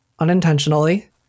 Unintentionally